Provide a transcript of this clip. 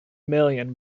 million